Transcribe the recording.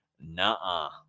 nah